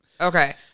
okay